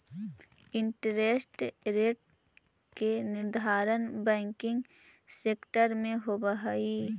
interest rate के निर्धारण banking sector में होवऽ हई